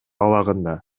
абагында